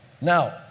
Now